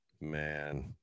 man